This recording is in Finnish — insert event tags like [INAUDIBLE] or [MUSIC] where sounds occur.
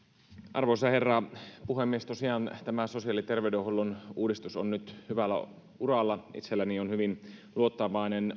arvoisa herra puhemies tosiaan tämä sosiaali ja terveydenhuollon uudistus on nyt hyvällä uralla itselläni on hyvin luottavainen [UNINTELLIGIBLE]